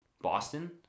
Boston